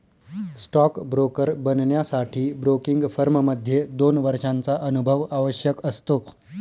stock broker बनण्यासाठी broking firm मध्ये दोन वर्षांचा अनुभव आवश्यक असतो